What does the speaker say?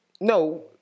No